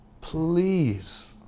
Please